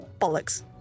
Bollocks